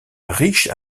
riches